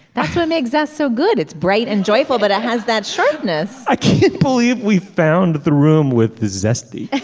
that's what makes us so good. it's bright and joyful but it has that sharpness. i can't believe we found the room with the zest. the